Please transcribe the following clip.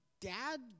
dad